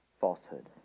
falsehood